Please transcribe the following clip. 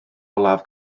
olaf